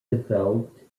developed